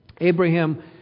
Abraham